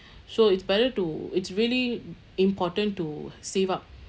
so it's better to it's really important to save up